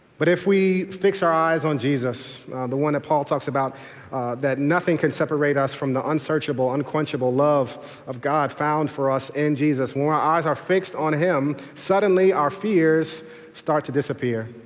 but if we fix our eyes on jesus the one that paul talks about that nothing can separate us from the unsearchable, unquenchable love of god found for us in jesus when our eyes are fixed on him suddenly our fears start to disappear.